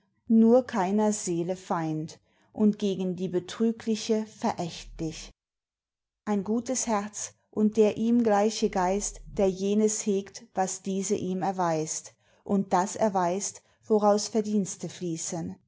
nur keiner seele feind und gegen die betrügliche verächtlich ein gutes herz und der ihm gleiche geist da jenes hegt was diese ihm erweist und das erweist woraus verdienste fließen